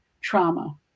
trauma